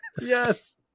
yes